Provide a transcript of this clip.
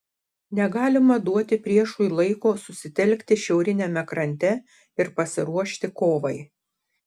negalima duoti priešui laiko susitelkti šiauriniame krante ir pasiruošti kovai